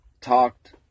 talked